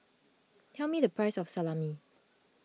tell me the price of Salami